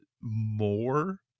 more